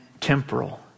temporal